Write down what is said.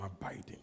abiding